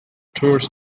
towards